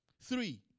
Three